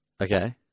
Okay